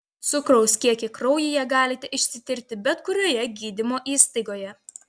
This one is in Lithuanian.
cukraus kiekį kraujyje galite išsitirti bet kurioje gydymo įstaigoje